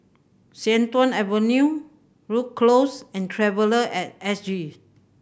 Sian Tuan Avenue Rhu Cross and Traveller At S G